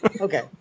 okay